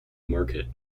market